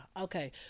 okay